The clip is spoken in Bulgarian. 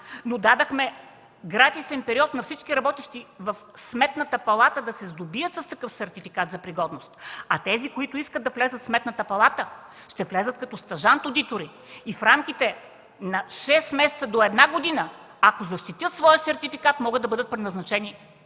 но дадохте гратисен период на всички работещи в Сметната палата да се сдобият с такъв сертификат за пригодност, а тези, които искат да влязат в Сметната палата, ще влязат като стажант одитори и в рамките на шест месеца до една година, ако защитят своя сертификат, могат да бъдат преназначени